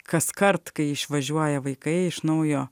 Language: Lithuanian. kaskart kai išvažiuoja vaikai iš naujo